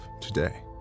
today